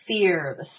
fear